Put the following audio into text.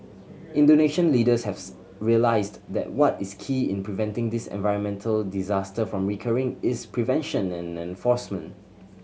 Indonesian leaders have realised that what is key in preventing this environmental disaster from recurring is prevention and enforcement